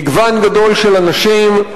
מגוון גדול של אנשים.